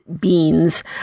beans